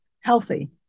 healthy